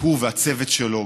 הוא והצוות שלו,